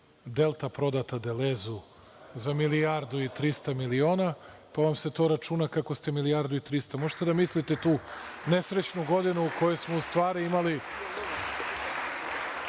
„Delta“ prodata „Delezu“ za milijardu i trista miliona, pa vam se to računa kako ste milijardu i trista. Možete li da mislite tu nesrećnu godinu u kojoj smo u stvari imali,